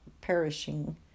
perishing